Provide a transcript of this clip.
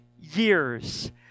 years